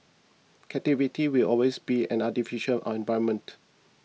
captivity will always be an artificial environment